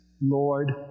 Lord